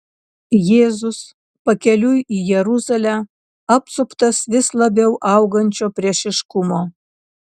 jėzus pakeliui į jeruzalę apsuptas vis labiau augančio priešiškumo